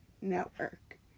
network